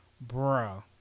Bro